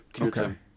Okay